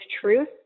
truth